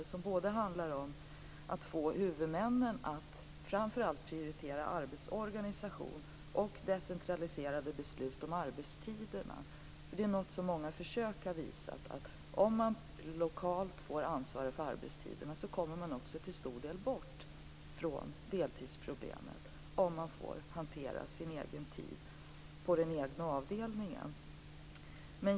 Det handlar bl.a. och framför allt om att få huvudmännen att prioritera arbetsorganisation och decentraliserade beslut om arbetstiderna. Många försök har visat att om man lokalt, på den egna avdelningen, får ansvara för arbetstiderna, kommer man också till stor del bort från deltidsproblemet.